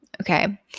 okay